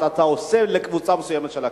אתה עושה לקבוצה מסוימת של הקייסים.